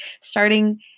starting